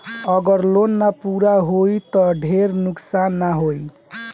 अगर लोन ना पूरा होई त ढेर नुकसान ना होई